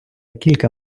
кілька